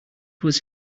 was